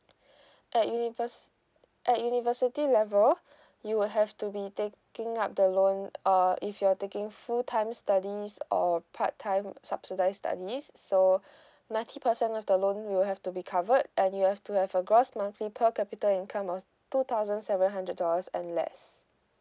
at universe at university level you will have to be taking up the loan err if you're taking full time studies or part time subsidised studies so ninety percent of the loan you will have to be covered and you have to have a gross monthly per capita income of two thousand seven hundred dollars and less